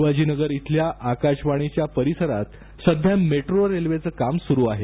शिवाजीनगर इथल्या आकाशवाणीच्या परिसरात सध्या मेट्रो रेल्वेचे काम सुरू आहे